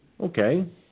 Okay